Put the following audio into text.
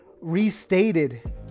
restated